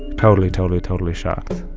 totally, totally, totally shocked.